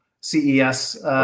CES